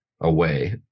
away